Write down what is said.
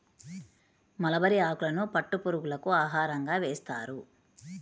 mulberry ఆకులను పట్టు పురుగులకు ఆహారంగా వేస్తారు